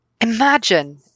Imagine